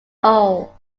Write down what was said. all